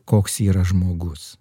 koks yra žmogus